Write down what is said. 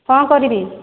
କ'ଣ କରିବି